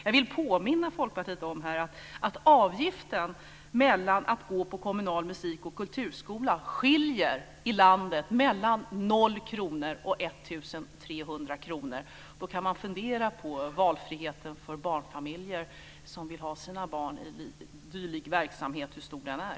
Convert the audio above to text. Jag vill påminna Folkpartiet om att avgiften för att gå på kommunal musik och kulturskola skiljer i landet mellan 0 kr och 1 300 kr. Då kan man fundera över hur stor valfriheten för barnfamiljer som vill ha sina barn i dylik verksamhet är.